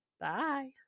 Bye